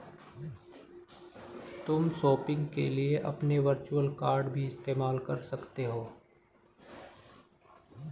तुम शॉपिंग के लिए अपने वर्चुअल कॉर्ड भी इस्तेमाल कर सकते हो